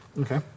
Okay